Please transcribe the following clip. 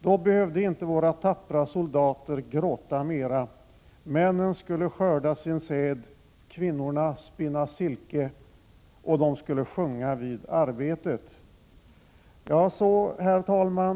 Då behövde inte våra tappra soldater gråta mera. Männen skulle skörda sin säd, kvinnorna spinna silke, och de skulle sjunga vid arbetet.” Herr talman!